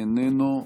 איננו,